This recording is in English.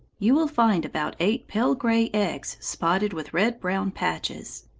you will find about eight pale-grey eggs spotted with red-brown patches.